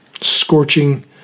scorching